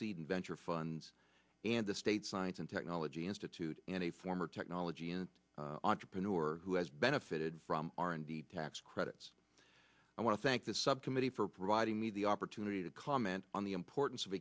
seed and venture funds and the state science and technology institute and a former technology an entrepreneur who has benefited from r and d tax credits i want to thank the subcommittee for providing me the opportunity to comment on the importance of